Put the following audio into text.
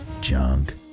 junk